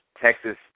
Texas